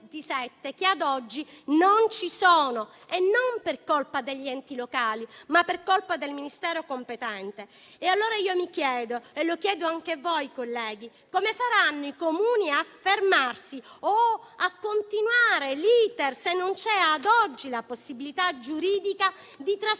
che ad oggi non ci sono e non per colpa degli enti locali, ma del Ministero competente. Mi chiedo allora, e lo chiedo anche voi, colleghi, come faranno i Comuni a fermarsi o a continuare l'*iter*, se non c'è ad oggi la possibilità giuridica di trasferire